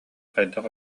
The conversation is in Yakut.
хайдах